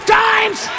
times